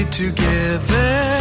together